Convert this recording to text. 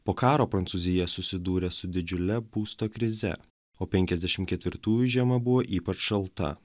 po karo prancūzija susidūrė su didžiule būsto krize o penkiasdešim ketvirtųjų žiema buvo ypač šalta